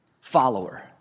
follower